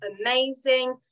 Amazing